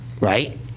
right